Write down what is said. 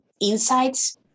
insights